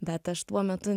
bet aš tuo metu